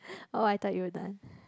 oh I thought you were done